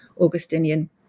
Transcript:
Augustinian